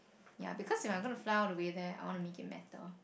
ya because if I'm going to fly all the way there I want to make it matter